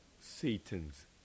Satan's